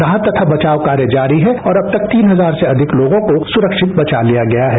राहत तथा बचाव कार्य जारी है और अब तक तीन हजार लोगों को सुरक्षित बचा लिया गया है